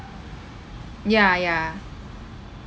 ya ya